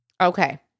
Okay